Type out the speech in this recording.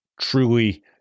truly